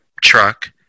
truck